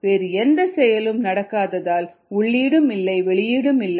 வேறு எந்த செயலும் நடக்காததால் உள்ளீடும் இல்லை வெளியீடும் இல்லை